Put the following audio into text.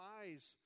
eyes